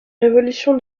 révolution